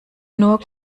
nur